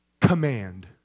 Command